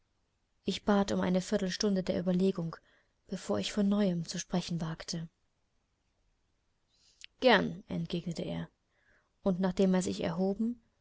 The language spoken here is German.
ich bat um eine viertelstunde der überlegung bevor ich von neuem zu sprechen wagte gern entgegnete er und nachdem er sich erhoben